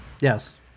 Yes